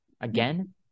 Again